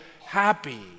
happy